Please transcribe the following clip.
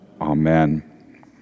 amen